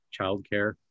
childcare